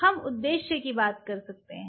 हम उद्देश्य की बात करते हैं